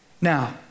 Now